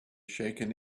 shaken